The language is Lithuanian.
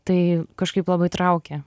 tai kažkaip labai traukė